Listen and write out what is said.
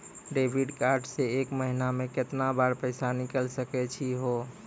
Debit card से एक महीना मा केतना बार पैसा निकल सकै छि हो?